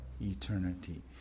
eternity